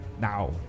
now